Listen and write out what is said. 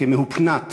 כמהופנט